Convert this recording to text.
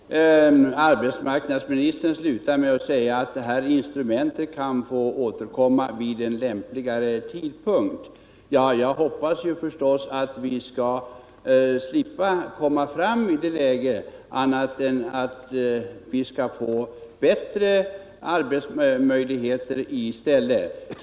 Herr talman! Arbetsmarknadsministern slutade med att säga att detta instrument kan återkomma vid en lämpligare tidpunkt. Jag hoppas förstås att vi skall slippa hamna i det läget och i stället få bättre arbetsmöjligheter.